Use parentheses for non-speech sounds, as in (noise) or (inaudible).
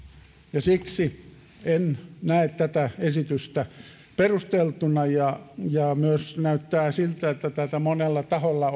ja siksi en näe tätä esitystä perusteltuna näyttää myös siltä että tätä on monella taholla (unintelligible)